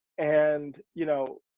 and, you know,